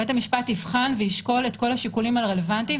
בית המשפט יבחן וישקול את כל השיקולים הרלוונטיים,